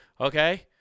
okay